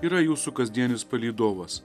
yra jūsų kasdienis palydovas